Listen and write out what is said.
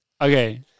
okay